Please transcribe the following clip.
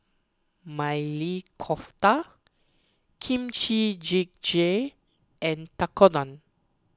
Maili Kofta Kimchi Jjigae and Tekkadon